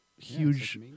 huge